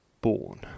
born